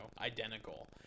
identical